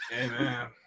Amen